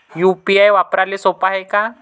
UPI वापराले सोप हाय का?